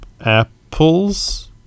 Apples